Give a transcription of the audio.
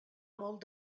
molt